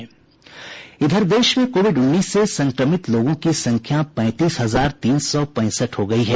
देश में कोविड उन्नीस से संक्रमित लोगों की संख्या पैंतीस हजार तीन सौ पैंसठ हो गई है